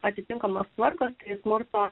atitinkamos tvarkos smurto